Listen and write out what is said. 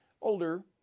older